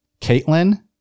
Caitlin